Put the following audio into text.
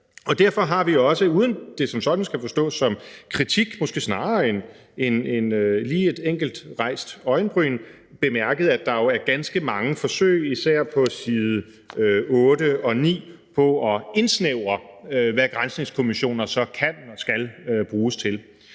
Derfor har vi også, uden at det som sådan skal forstås som kritik – måske snarere lige et enkelt hævet øjenbryn – bemærket, at der jo er ganske mange forsøg, især på side 8 og 9, på at indsnævre, hvad granskningskommissioner så kan og skal bruges til.